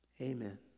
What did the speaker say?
amen